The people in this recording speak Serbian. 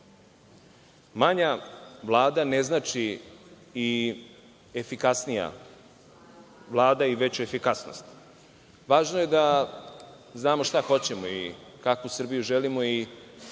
Vlada ne znači i efikasnija Vlada i veća efikasnost. Važno je da znamo šta hoćemo i kakvu Srbiju želimo i